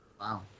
Wow